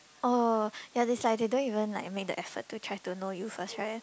oh ya it's like they don't even like make the effort to try to know you first right